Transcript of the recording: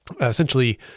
essentially